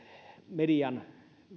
median